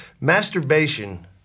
masturbation